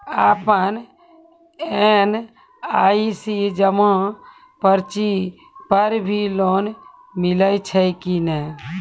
आपन एल.आई.सी जमा पर्ची पर भी लोन मिलै छै कि नै?